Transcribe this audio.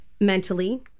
mentally